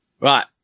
Right